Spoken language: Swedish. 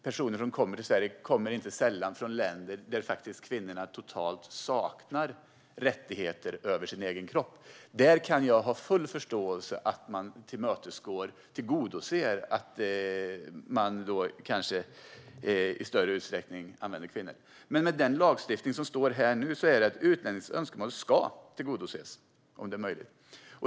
Personer som kommer till Sverige kommer inte sällan från länder där kvinnor totalt saknar rättigheter att bestämma över sin egen kropp. I sådana fall kan jag ha full förståelse för att man tillgodoser denna typ av önskemål och i större utsträckning använder sig av kvinnor. Men i den lagstiftning som jag har framför mig nu står att utlänningens önskemål ska tillgodoses om det är möjligt.